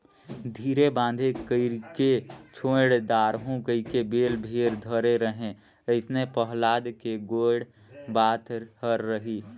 धीरे बांधे कइरके छोएड दारहूँ कहिके बेल भेर धरे रहें अइसने पहलाद के गोएड बात हर रहिस